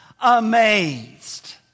amazed